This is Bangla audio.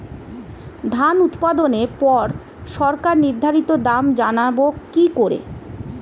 ধান উৎপাদনে পর সরকার নির্ধারিত দাম জানবো কি করে?